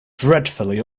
dreadfully